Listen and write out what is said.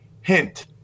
Hint